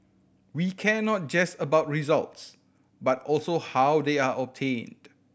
we care not just about results but also how they are obtained